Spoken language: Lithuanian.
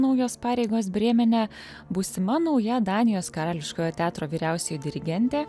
naujos pareigos brėmene būsima nauja danijos karališkojo teatro vyriausioji dirigentė